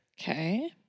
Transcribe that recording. Okay